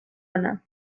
girona